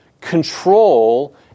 control